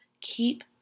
Keep